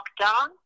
lockdown